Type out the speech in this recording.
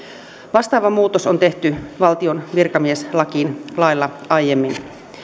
vastaava muutos on tehty valtion virkamieslakiin lailla aiemmin